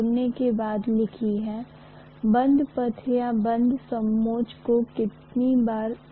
क्योंकि हमने लिखा था यदि वास्तव में आप H की गणना पर गौर करते हैं तो मालूम होगा की हमने क्या किया है हमने किया है